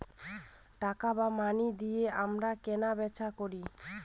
টাকা বা মানি দিয়ে আমরা কেনা বেচা করি